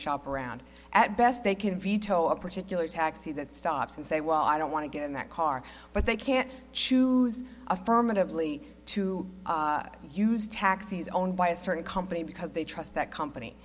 shop around at best they can veto a particular taxi that stops and say well i don't want to get in that car but they can choose affirmatively to use taxis owned by a certain company because they trust that company